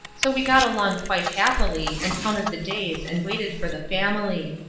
so we got along quite happily and counted the days and waited for the family.